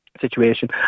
situation